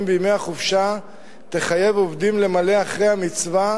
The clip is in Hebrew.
בימי החופשה תחייב עובדים למלא אחרי המצווה